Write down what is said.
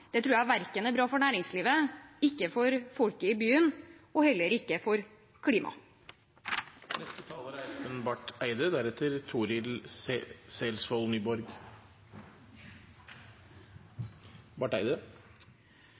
Det tror jeg ikke er bra for verken næringslivet eller folket i byen – og heller ikke for